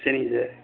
சரிங்க சார்